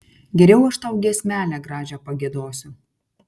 geriau aš tau giesmelę gražią pagiedosiu